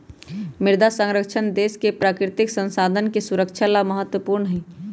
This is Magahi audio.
मृदा संरक्षण देश के प्राकृतिक संसाधन के सुरक्षा ला महत्वपूर्ण हई